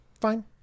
Fine